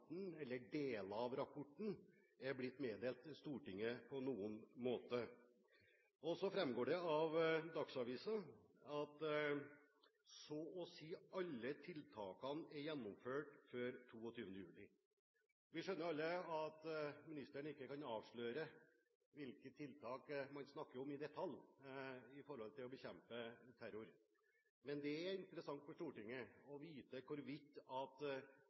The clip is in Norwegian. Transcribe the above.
er blitt meddelt Stortinget på noen måte? Og så: Det framgår av Dagsavisen at så å si alle «tiltak var gjennomført før 22. juli i år». Vi skjønner alle at ministeren ikke kan avsløre hvilke tiltak man snakker om i detalj med hensyn til å bekjempe terror. Men det er interessant for Stortinget å vite om alle tiltakene er gjennomført, og hvorvidt